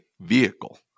vehicle